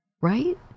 right